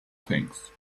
things